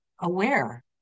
aware